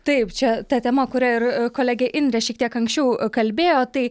taip čia ta tema kuria ir kolegė indrė šiek tiek anksčiau kalbėjo tai